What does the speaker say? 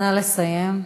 נא לסיים.